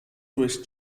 durch